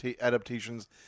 adaptations